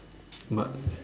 but